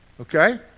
okay